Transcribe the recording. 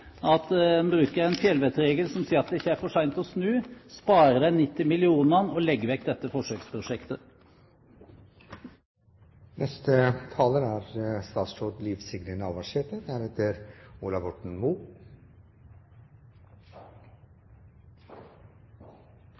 bruker en fjellvettregel som sier at det ikke er for sent å snu, sparer 90 mill. kr og legger vekk dette forsøksprosjektet. Bakgrunnen for at denne saka har kome opp, er